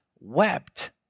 wept